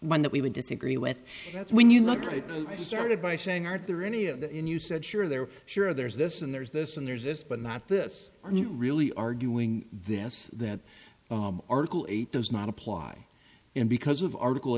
one that we would disagree with that's when you look at it i started by saying are there any of that in you said sure there sure there's this and there's this and there's this but not this are not really arguing this that article eight does not apply and because of article